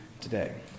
today